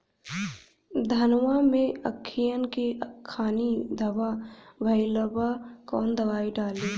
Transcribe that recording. धनवा मै अखियन के खानि धबा भयीलबा कौन दवाई डाले?